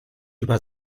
über